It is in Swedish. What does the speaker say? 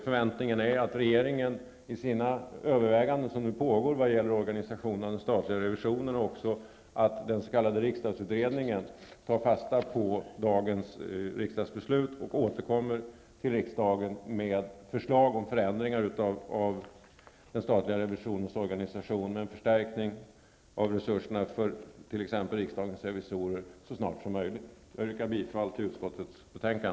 Förväntningarna är att regeringen i de överväganden som nu pågår angående organisation av den statliga revisionen och även den s.k. riksdagsutredningen tar fasta på dagens riksdagsbeslut och återkommer till riksdagen med förslag om förändringar i den statliga revisionens organisation med bl.a. en förstärkning av riksdagens revisorers resurser. Herr talman! Jag yrkar bifall till utskottets hemställan.